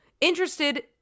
interested